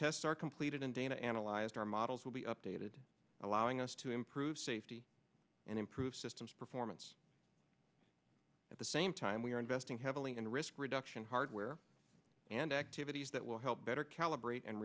tests are completed and dana analyzed our models will be updated allowing us to improve safety and improve systems performance at the same time we are investing heavily in risk reduction hardware and act that will help better calibrate and